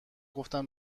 گفتم